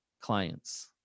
clients